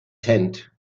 tent